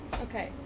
Okay